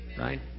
right